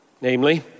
Namely